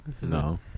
No